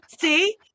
See